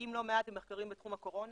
משקיעים לא מעט במחקרים בתחום הקורונה.